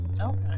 Okay